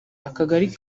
akagari